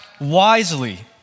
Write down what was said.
wisely